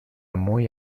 muy